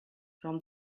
from